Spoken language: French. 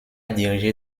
dirigé